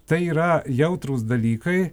tai yra jautrūs dalykai